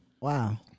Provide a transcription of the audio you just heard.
Wow